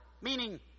meaning